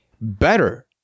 better